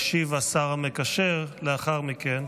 על ההצעה הזאת ישיב השר המקשר לאחר מכן,